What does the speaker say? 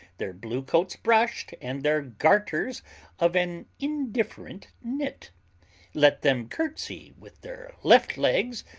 their blue coats brush'd and their garters of an indifferent knit let them curtsy with their left legs,